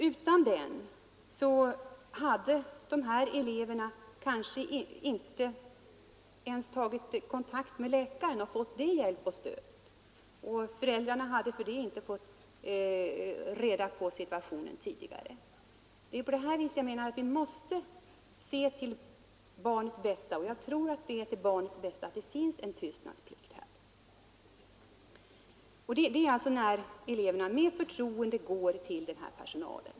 Utan den hade de här eleverna kanske inte ens tagit kontakt med läkaren och fått hjälp och stöd av denne, och föräldrarna hade inte därigenom fått kännedom om situationen tidigare. Det är på det sättet jag menar att vi måste se till barnets bästa, och jag tror att det är till barnets bästa att det finns en tystnadsplikt så att eleverna med förtroende kan gå till skolans personal.